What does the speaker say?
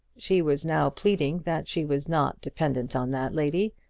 she was now pleading that she was not dependent on that lady,